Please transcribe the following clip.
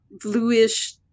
bluish